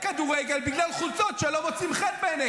על זה שמונעים כניסה מאוהדי כדורגל בגלל חולצות שלא מוצאות חן בעיניכם.